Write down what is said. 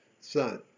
son